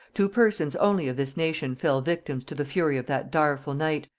two persons only of this nation fell victims to the fury of that direful night,